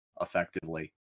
effectively